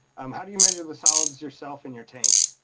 um how do you measure the solids yourself in your tank?